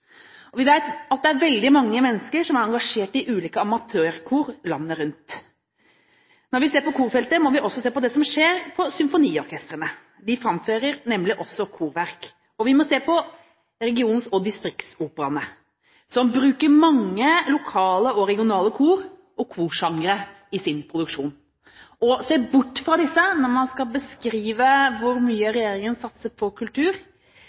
og vi vet at det er veldig mange mennesker som er engasjert i ulike amatørkor landet rundt. Når vi ser på korfeltet, må vi også se på det som skjer i symfoniorkestrene, de framfører nemlig også korverk, og vi må se på region- og distriktsoperaene, som bruker mange lokale og regionale kor og korsangere i sin produksjon. Å se bort fra disse når man skal beskrive hvor mye regjeringen satser på kultur,